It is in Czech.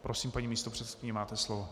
Prosím, paní místopředsedkyně, máte slovo.